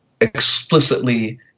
explicitly